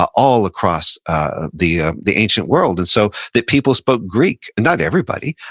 ah all across ah the ah the ancient world. and so, that people spoke greek, and not everybody,